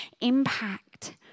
impact